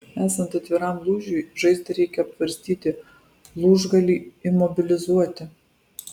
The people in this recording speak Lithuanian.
esant atviram lūžiui žaizdą reikia aptvarstyti lūžgalį imobilizuoti